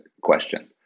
question